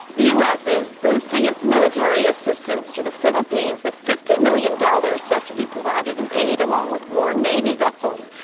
the us is boosting its military assistance to the philippines with fifty million dollars said to be provided in aid, along with more navy vessels.